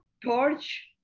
torch